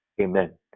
Amen